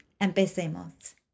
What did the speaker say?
Empecemos